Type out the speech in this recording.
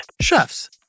Chefs